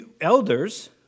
elders